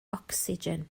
ocsigen